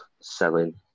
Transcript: selling